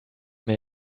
mir